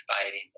inspiring